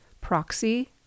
proxy